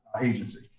agency